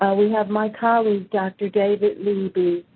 we have my colleague, dr. david leiby.